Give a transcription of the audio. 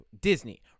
Disney